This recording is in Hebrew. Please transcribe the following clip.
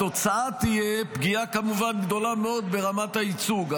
התוצאה כמובן תהיה פגיעה גדולה מאוד ברמת הייצוג.